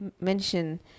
mention